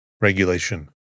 Regulation